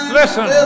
listen